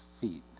feet